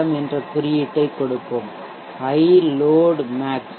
M என்ற குறியீட்டைக் கொடுப்போம் ஐ லோட் மேக்ஸ்